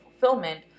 fulfillment